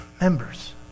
Members